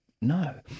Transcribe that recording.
No